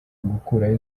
gukuraho